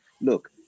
Look